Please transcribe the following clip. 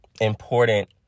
important